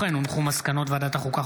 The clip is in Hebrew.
מסקנות ועדת החוקה,